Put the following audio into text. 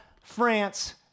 France